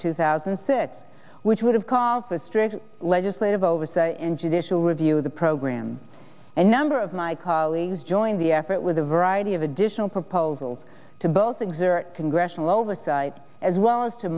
two thousand and six which would have called for strict legislative oversight and judicial review of the program and number of my colleagues join the effort with a variety of additional proposals to both exert congressional oversight as well as to